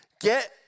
get